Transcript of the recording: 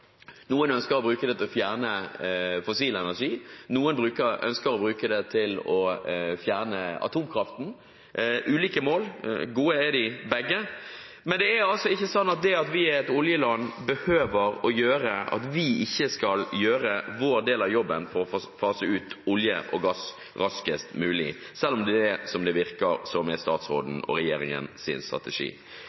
Noen ønsker å bruke det til å fjerne fossil energi, noen ønsker å bruke det til å fjerne atomkraften – ulike mål, gode er de begge. Men det er altså ikke sånn at det at vi er et oljeland, behøver å bety at vi ikke skal gjøre vår del av jobben for å fase ut olje og gass raskest mulig – selv om det virker som om det er statsråden og regjeringens strategi. Siden regjeringen